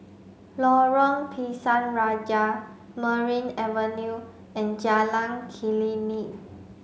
Lorong Pisang Raja Merryn Avenue and Jalan Klinik